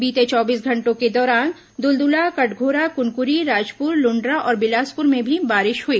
बीते चौबीस घंटों के दौरान दुलदुला कटघोरा कुनकुरी राजपुर लुण्ड्रा और बिलासपुर में भी बारिश हुई